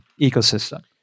ecosystem